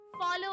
Follow